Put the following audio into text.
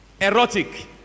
erotic